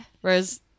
whereas